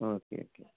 okay okay